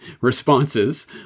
responses